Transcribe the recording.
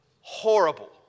horrible